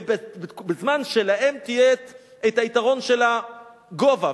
ובזמן שלהם יהיה היתרון של הגובה,